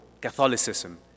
Catholicism